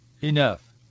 enough